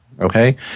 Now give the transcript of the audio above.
okay